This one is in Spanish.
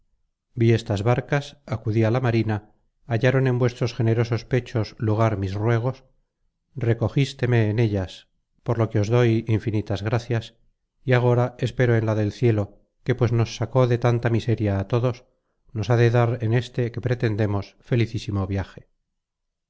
vi estas barcas acudí á la marina hallaron en vuestros generosos pechos lugar mis ruegos recogisteme en ellas por lo que os doy infinitas gracias y agora espero en la del cielo que pues nos sacó de tanta miseria a todos nos ha de dar en éste que pretendemos felicísimo viaje